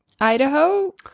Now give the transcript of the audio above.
Idaho